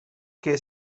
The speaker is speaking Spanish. que